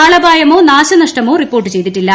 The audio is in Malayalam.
ആളപായമോ നാശനഷ്ടമോ റിപ്പോർട്ട് ചെയ്തിട്ടില്ല